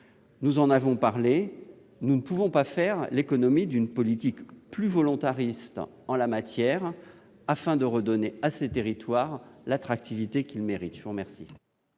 Nous en avons parlé, nous ne pourrons pas faire l'économie d'une politique plus volontariste en la matière : il faut redonner à ces territoires l'attractivité qu'ils méritent. La parole